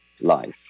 Life